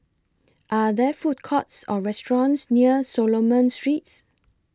Are There Food Courts Or restaurants near Solomon Street